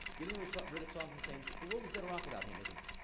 getting rid so rid of saddam hussein the world is better off without him, isn't it?